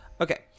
Okay